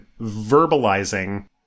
verbalizing